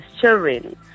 children